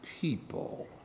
people